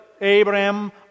Abraham